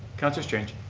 councillor strange.